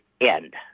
end